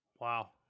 wow